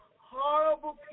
horrible